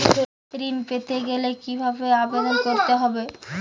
ঋণ পেতে গেলে কিভাবে আবেদন করতে হবে?